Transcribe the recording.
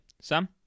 Sam